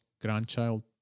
grandchild